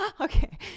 okay